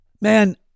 Man